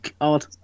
God